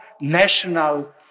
national